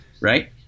right